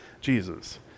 Jesus